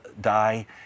die